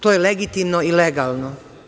To je legitimno i legalno.